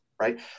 right